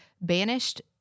banished